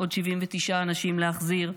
יש עוד 79 אנשים להחזיר,